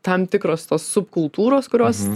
tam tikros tos subkultūros kurios